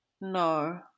No